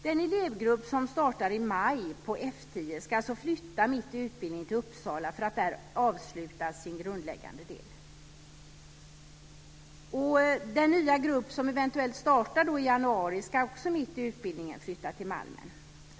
Den elevgrupp som startar i maj på F 10 ska alltså flytta mitt i utbildningen till Uppsala för att där avsluta sin grundläggande del. Den nya grupp som eventuellt startar i januari ska också mitt i utbildningen flytta till Malmen.